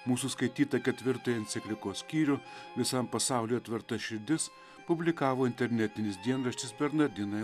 mūsų skaitytą ketvirtą enciklikos skyrių visam pasauliui atverta širdis publikavo internetinis dienraštis bernardinai